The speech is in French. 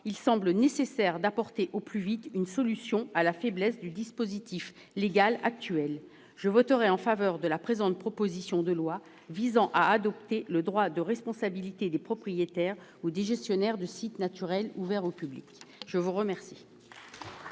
il semble nécessaire d'apporter au plus vite une solution à la faiblesse du dispositif légal actuel. Je voterai donc en faveur de la présente proposition de loi visant à adapter le droit de la responsabilité des propriétaires ou des gestionnaires de sites naturels ouverts au public. Très bien